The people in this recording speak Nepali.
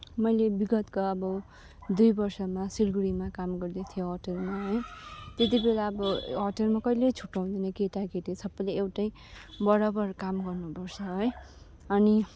मैले बिगतका अब दुई वर्षमा सिलगढीमा काम गर्दै थिएँ होटेलमा है त्यति बेला अब होटेलमा कहिल्यै छुट्टाउँदैन केटा केटी सबैले एउटै बराबर काम गर्नु पर्छ है अनि